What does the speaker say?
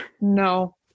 no